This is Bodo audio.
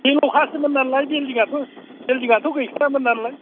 बेल'खासोमोन नालाय बिल्दिं आथ' गैखायामोन नालाय